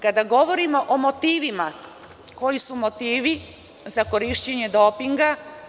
Kada govorimo o motivima, koji su motivi za korišćenje dopinga.